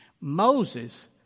Moses